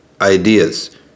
ideas